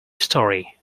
story